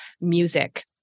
music